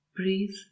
breathe